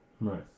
right